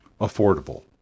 affordable